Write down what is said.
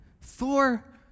Thor